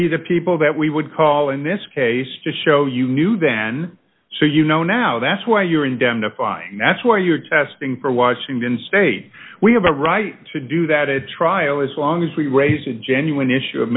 be the people that we would call in this case to show you knew then so you know now that's why you're indemnifying that's why you're testing for washington state we have a right to do that at trial as long as we raise a genuine issue of